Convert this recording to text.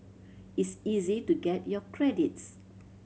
it's easy to get your credits